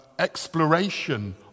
exploration